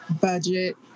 budget